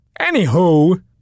Anywho